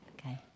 Okay